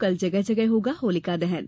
कल जगह जगह होगा होलिका दहन